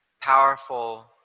powerful